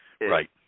Right